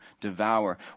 devour